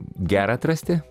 gera atrasti